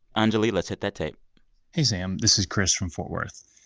anjuli, let's hit that tape hey, sam. this is chris from fort worth.